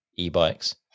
e-bikes